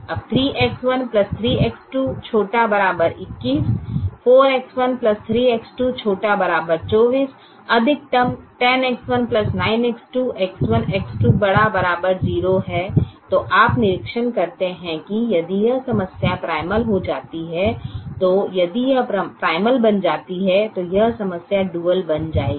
अब 3X1 3X2 ≤ 21 4X1 3X2 ≤ 24 अधिकतम 10X1 9X2 X1 X2 ≥ 0 है तो आप निरीक्षण करते हैं कि यदि यह समस्या प्राइमल हो जाती है तो यह समस्या डुअल बन जाएगी